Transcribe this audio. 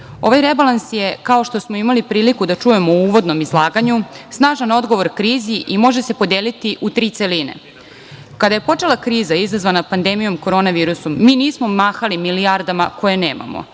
Ovaj rebalans je kao što smo imali priliku da čujemo u uvodnom izlaganju, snažan odgovor krizi i može se podeliti u tri celine. Kada je počela kriza izazvana pandemijom korona virusom, mi nismo mahali milijardama koje nemamo,